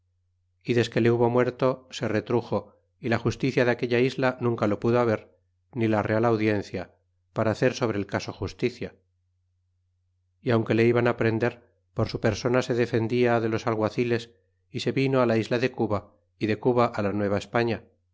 y desque le hubo muerto se retruxo y la justicia de aquella isla nunca lo pudo haber ni la real audiencia para hacer sobre el caso justicia y aunque le iban prender por su persona se defendia de los alguaciles é se vino á la isla de cuba é de cuba la